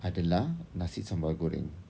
adalah nasi sambal goreng